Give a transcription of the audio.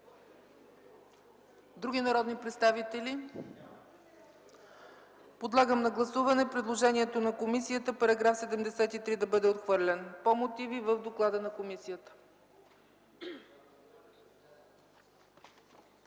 Други народни представители? Няма. Подлагам на гласуване предложението на комисията § 73 да бъде отхвърлен по мотиви в доклада на комисията.